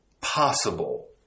possible